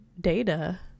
data